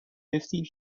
fifty